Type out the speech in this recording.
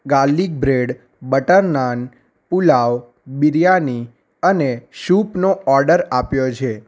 garlic bread butter naan pulao biryani અને સુપનો order આપ્યો છે